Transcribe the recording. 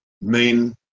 Main